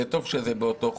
וטוב שזה באותו חוק,